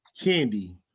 candy